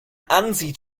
ansieht